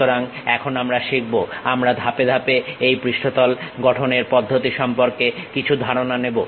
সুতরাং এখন আমরা শিখব আমরা ধাপে ধাপে এই পৃষ্ঠতল গঠনের পদ্ধতি সম্পর্কে কিছু ধারণা নেব